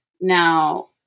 Now